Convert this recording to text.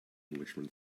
englishman